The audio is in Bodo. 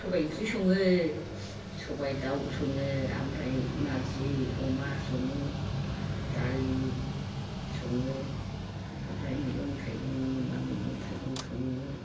सबाय ओंख्रि सङो सबाय दाव सङो ओमफ्राय नार्जि अमा सङो दालि सङो ओमफ्राय मैगं थायगं मोनबा मैगं थायगं सङो